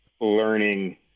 learning